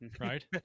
right